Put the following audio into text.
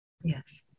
Yes